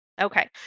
Okay